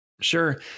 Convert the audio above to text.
Sure